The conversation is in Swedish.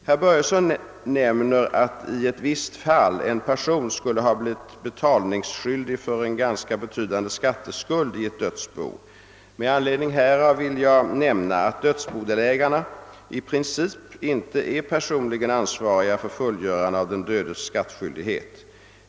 Herr Börjesson nämner att i ett visst fall en person skulle ha blivit betalningsskyldig för en ganska betydande skatteskuld i ett dödsbo. Med anledning härav vill jag nämna, att dödsbodelägarna i princip inte är personligen ansvariga för fullgörande av den dödes skattskyldighet.